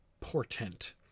portent